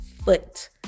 foot